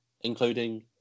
including